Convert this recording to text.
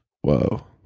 Whoa